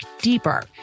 deeper